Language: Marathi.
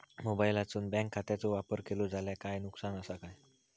मोबाईलातसून बँक खात्याचो वापर केलो जाल्या काय नुकसान असा काय?